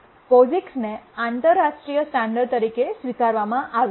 પોસિક્સને આંતરરાષ્ટ્રીય સ્ટાન્ડર્ડ તરીકે સ્વીકારવામાં આવ્યો છે